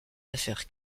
affaires